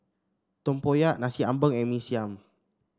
tempoyak Nasi Ambeng and Mee Siam